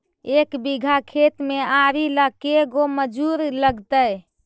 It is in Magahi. एक बिघा खेत में आरि ल के गो मजुर लगतै?